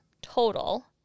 total